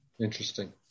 Interesting